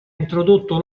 introdotto